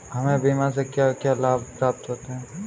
हमें बीमा से क्या क्या लाभ प्राप्त होते हैं?